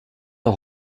der